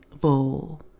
bowl